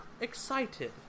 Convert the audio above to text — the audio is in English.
excited